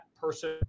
person